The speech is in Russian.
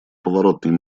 поворотный